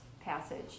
passage